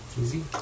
Easy